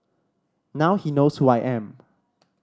now he knows who I am